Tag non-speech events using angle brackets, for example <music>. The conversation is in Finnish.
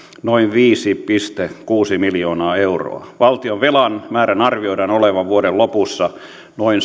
noin viisi pilkku kuusi miljoonaa euroa valtionvelan määrän arvioidaan olevan vuoden lopussa noin <unintelligible>